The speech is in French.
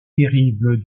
terrible